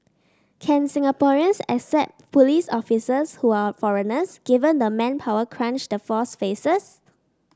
can Singaporeans accept police officers who are foreigners given the manpower crunch the force faces